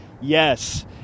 yes